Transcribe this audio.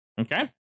Okay